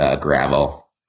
gravel